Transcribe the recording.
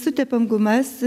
sutepam gumas